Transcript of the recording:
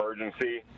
emergency